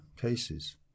cases